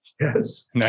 Yes